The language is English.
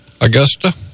Augusta